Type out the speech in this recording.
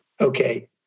Okay